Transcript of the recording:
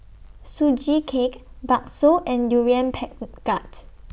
Sugee Cake Bakso and Durian Pen gat